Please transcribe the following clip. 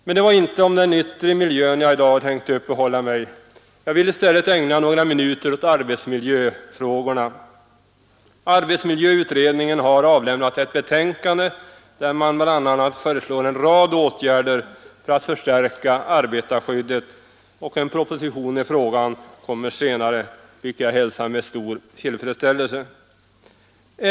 Men det var inte vid den yttre miljön jag i dag tänkte uppehålla mig. Jag vill i stället ägna några minuter åt arbetsmiljöfrågorna. Arbetsmiljöutredningen har avlämnat ett betänkande, där man bl.a. föreslår en rad åtgärder för att förstärka arbetarskyddet. En proposition i frågan kommer senare, vilket jag hälsar med stor tillfredsställelse.